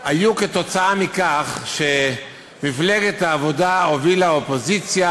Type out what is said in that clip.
היו כתוצאה מכך שמפלגת העבודה הובילה אופוזיציה,